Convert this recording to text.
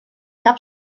cap